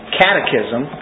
catechism